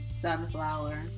sunflower